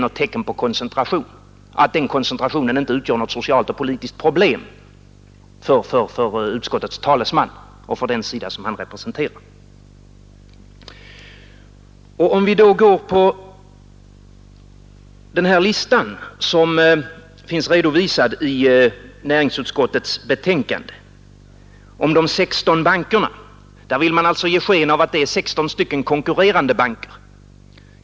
Utgör inte den koncentrationen något socialt och politiskt problem för utskottets talesman och för den sida som han representerar? Med den här listan som finns redovisad i näringsutskottets betänkande över de 16 bankerna vill man ge sken av att det är 16 konkurrerande banker.